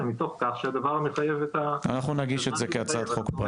אלא מתוך כך שהדבר מחייב --- אנחנו נגיש את זה כהצעת חוק פרטית.